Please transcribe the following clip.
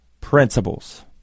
principles